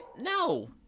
No